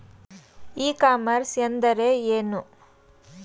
E commerce ಎಂದರೆ ಏನು?